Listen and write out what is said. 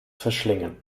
verschlingen